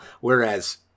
Whereas